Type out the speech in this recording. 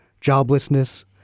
joblessness